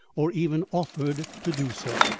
or even offered to do so.